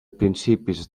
principis